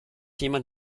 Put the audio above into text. jemand